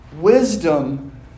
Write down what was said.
wisdom